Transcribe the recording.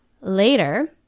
later